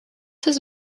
has